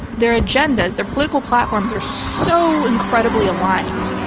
their agendas, their political platforms are so incredibly aligned.